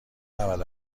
نود